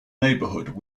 neighbourhood